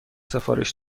سفارش